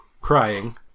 crying